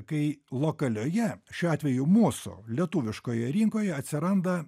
kai lokalioje šiuo atveju mūsų lietuviškoje rinkoje atsiranda